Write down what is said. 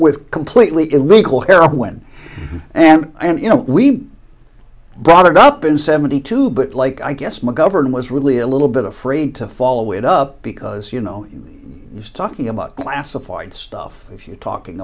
with completely illegal air when and and you know we brought it up in seventy two but like i guess mcgovern was really a little bit afraid to follow it up because you know just talking about classified stuff if you're talking